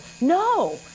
No